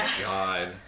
god